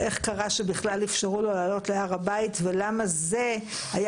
איך קרה שבכלל אפשרו לו לעלות להר הבית ולמה זה היה